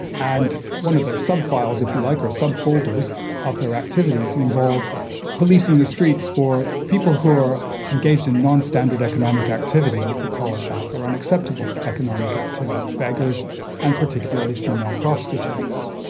and one of their sub-files, if you like, or subfolders of their activities involves policing the streets for people who are engaged in non-standard economic activity, you could call it that, or unacceptable economic activity beggars and particularly female prostitutes.